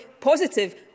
positive